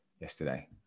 yesterday